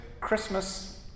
Christmas